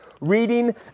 reading